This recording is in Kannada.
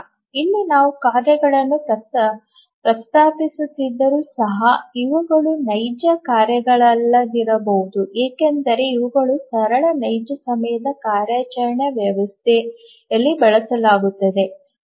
ಇಲ್ಲಿ ನಾವು ಕಾರ್ಯಗಳನ್ನು ಪ್ರಸ್ತಾಪಿಸುತ್ತಿದ್ದರೂ ಸಹ ಇವುಗಳು ನೈಜ ಕಾರ್ಯಗಳಲ್ಲದಿರಬಹುದು ಏಕೆಂದರೆ ಇವುಗಳನ್ನು ಸರಳ ನೈಜ ಸಮಯದ ಕಾರ್ಯಾಚರಣಾ ವ್ಯವಸ್ಥೆಯಲ್ಲಿ ಬಳಸಲಾಗುತ್ತದೆ